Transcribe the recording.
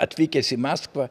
atvykęs į maskvą